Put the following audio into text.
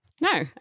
No